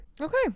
Okay